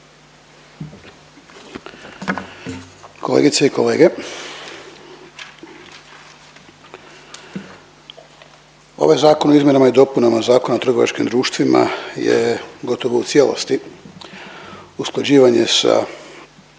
Kolegice i kolege, ovaj Zakon o izmjenama i dopunama Zakona o trgovačkim društvima je gotovo u cijelosti usklađivanje sa